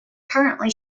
currently